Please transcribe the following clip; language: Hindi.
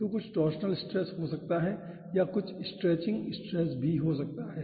तो कुछ टॉरशनल स्ट्रेस हो सकता है या कुछ स्ट्रेचिंग स्ट्रेस भी हो सकता है